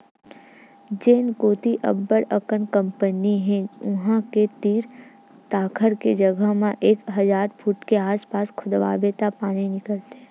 जेन कोती अब्बड़ अकन कंपनी हे उहां के तीर तखार के जघा म एक हजार फूट के आसपास खोदवाबे त पानी निकलथे